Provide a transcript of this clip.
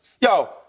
yo